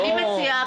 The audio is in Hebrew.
אני מציעה.